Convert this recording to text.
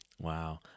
Wow